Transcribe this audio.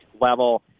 level